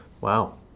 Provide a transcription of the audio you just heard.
Wow